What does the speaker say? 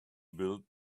build